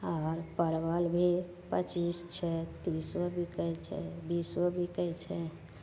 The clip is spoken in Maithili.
आओर परवल भी पचीस छै तीसो बिकै छै बीसो बिकै छै